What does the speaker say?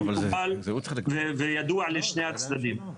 מקובל וידוע לשני הצדדים.